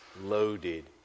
loaded